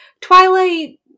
Twilight